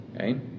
okay